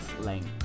length